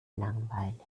langweilig